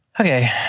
Okay